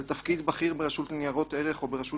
על תפקיד בכיר ברשות לניירות ערך או ברשות